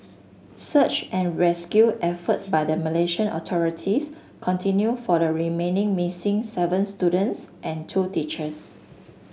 search and rescue efforts by the Malaysian authorities continue for the remaining missing seven students and two teachers